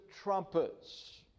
trumpets